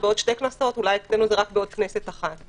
בעוד שתי כנסות, אולי אצלנו זה רק בעוד כנסת אחת.